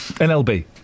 N-L-B